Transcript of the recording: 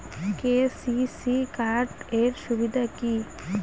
KCC card এর সুবিধা কি?